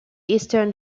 eastern